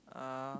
uh